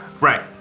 Right